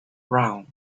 round